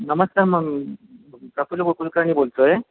नमस्कार मग प्रफुल्ल ब कुलकर्णी बोलतो आहे